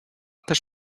też